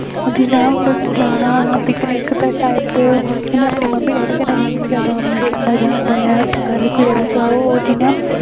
जियां जाना picnic type उ'नें अपनी मम्मी डैडी कन्नै जाना मतलब कि मज़ा आंदा ऐ मतलब कि बाह्र कुदै बी जाओ जियां